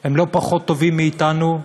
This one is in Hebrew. הם לא פחות טובים מאתנו,